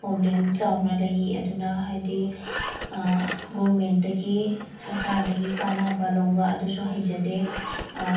problem ꯆꯥꯎꯅ ꯂꯩ ꯑꯗꯨꯅ ꯍꯥꯏꯗꯤ ꯒꯣꯔꯃꯦꯟꯇꯒꯤ ꯁꯔꯀꯥꯔꯗꯒꯤ ꯀꯥꯅꯕ ꯂꯧꯕ ꯑꯗꯨꯁꯨ ꯍꯩꯖꯗꯦ